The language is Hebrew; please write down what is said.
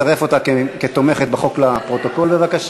הצעת חוק ההוצאה לפועל (תיקון,